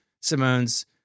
Simone's